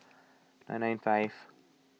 nine nine five